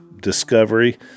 Discovery